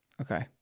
okay